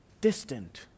distant